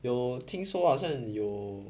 有听说好像有